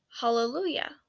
hallelujah